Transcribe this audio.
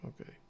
okay